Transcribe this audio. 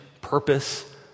purpose